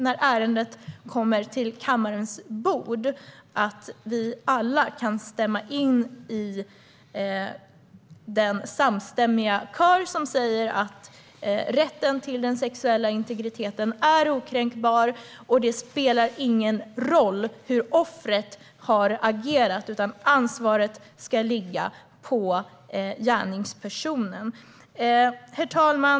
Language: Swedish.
När ärendet kommer till kammarens bord ser jag fram emot att vi alla kan stämma in i den kör som säger att rätten till den sexuella integriteten är okränkbar och att det inte spelar någon roll hur offret har agerat, utan ansvaret ska ligga på gärningspersonen. Herr talman!